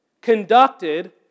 conducted